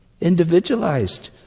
Individualized